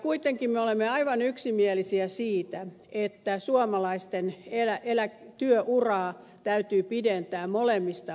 kuitenkin me olemme aivan yksimielisiä siitä että suomalaisten työuraa täytyy pidentää molemmista päistä